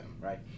right